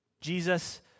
Jesus